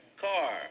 car